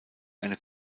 eine